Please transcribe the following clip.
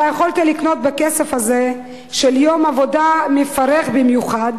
אתה יכולת לקנות בכסף הזה של יום עבודה מפרך במיוחד